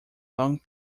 long